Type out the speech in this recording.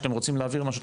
כשאתם רוצים להעביר משהו,